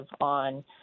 on